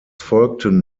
folgten